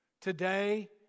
today